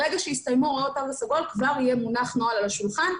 ברגע שיסתיימו הוראות התו הסגול כבר יהיה מונח נוהל על השולחן,